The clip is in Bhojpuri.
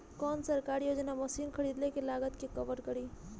कौन सरकारी योजना मशीन खरीदले के लागत के कवर करीं?